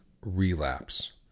relapse